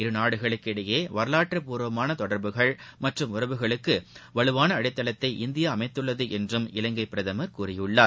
இருநாடுகளுக்கு இடையே வரலாற்றுப்பூர்வமான தொடர்புகள் மற்றும் உறவுகளுக்கு வலுவான அடித்தளத்தை இந்தியா அமைத்துள்ளது என்றும் இலங்கை பிரதமர் கூறியுள்ளார்